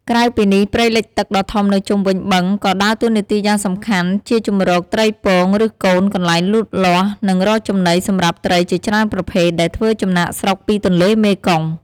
ក្រៅពីនេះ ព្រៃលិចទឹកដ៏ធំនៅជុំវិញបឹងក៏ដើរតួនាទីយ៉ាងសំខាន់ជាជម្រកត្រីពង ឬកូន កន្លែងលូតលាស់ និងរកចំណីសម្រាប់ត្រីជាច្រើនប្រភេទ ដែលធ្វើចំណាកស្រុកពីទន្លេមេគង្គ។